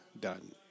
done